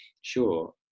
sure